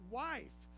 wife